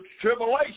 tribulation